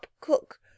Cook